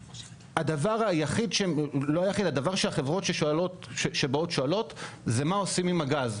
הדבר שהחברות שבאות שואלות זה מה עושים עם הגז?